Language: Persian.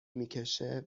میکشه